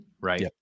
right